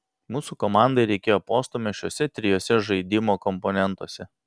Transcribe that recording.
mūsų komandai reikėjo postūmio šiuose trijuose žaidimo komponentuose